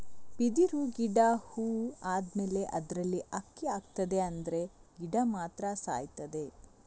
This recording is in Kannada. ಬಿದಿರು ಗಿಡ ಹೂ ಆದ್ಮೇಲೆ ಅದ್ರಲ್ಲಿ ಅಕ್ಕಿ ಆಗ್ತದೆ ಆದ್ರೆ ಗಿಡ ಮಾತ್ರ ಸಾಯ್ತದೆ